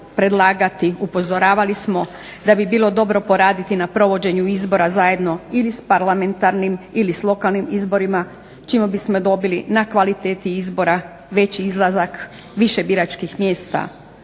predlagati, upozoravali smo da bi bilo dobro poraditi na provođenju izbora zajedno ili s parlamentarnim ili s lokalnim izborima čime bismo dobili na kvaliteti izbora, veći izlazak, više biračkih mjesta,